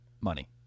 money